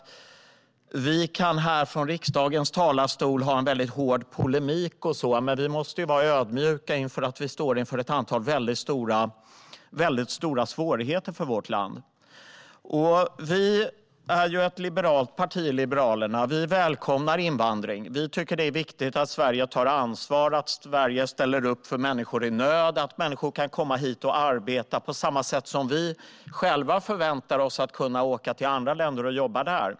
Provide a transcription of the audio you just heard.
Vi kan i riksdagens talarstol ha en hård polemik, men vi måste vara ödmjuka inför att vårt land står inför ett antal stora svårigheter. Liberalerna välkomnar invandring. Vi tycker att det är viktigt att Sverige tar ansvar och ställer upp för människor i nöd. Vi tycker också att det är viktigt att människor kan komma hit och arbeta - precis som vi förväntar oss att kunna åka till andra länder och jobba där.